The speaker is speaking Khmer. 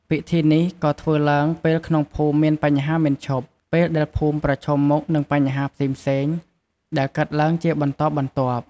ពិធីនេះក៏ធ្វើឡើង ពេលក្នុងភូមិមានបញ្ហាមិនឈប់ ពេលដែលភូមិប្រឈមមុខនឹងបញ្ហាផ្សេងៗដែលកើតឡើងជាបន្តបន្ទាប់។